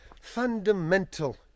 fundamental